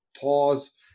pause